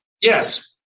Yes